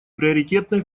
приоритетной